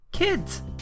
Kids